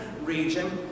region